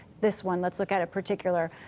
this one, let's look at a particular.